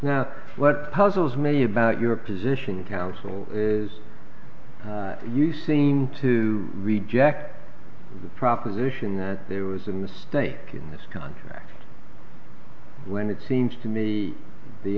now what puzzles me about your position counsel is that you seem to reject the proposition that there was a mistake in that country when it seems to me the